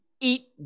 eat